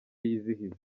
yizihiza